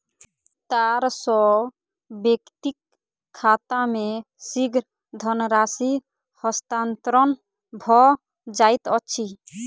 तार सॅ व्यक्तिक खाता मे शीघ्र धनराशि हस्तांतरण भ जाइत अछि